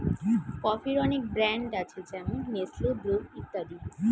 কফির অনেক ব্র্যান্ড আছে যেমন নেসলে, ব্রু ইত্যাদি